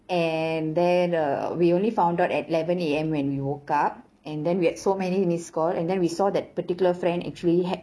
and then err we only found out at eleven A_M when we woke up and then we had so many missed call and then we saw that particular friend actually had